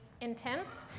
intense